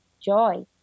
joy